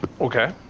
Okay